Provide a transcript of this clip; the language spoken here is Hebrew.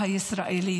בחברה הישראלית.